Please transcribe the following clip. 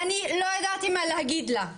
ואני לא ידעתי מה להגיד לה.